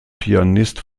pianist